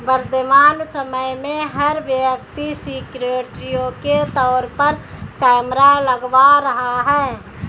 वर्तमान समय में, हर व्यक्ति सिक्योरिटी के तौर पर कैमरा लगवा रहा है